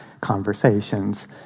conversations